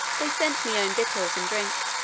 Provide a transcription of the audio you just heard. they sent me own victuals and drink,